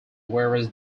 whereas